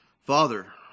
Father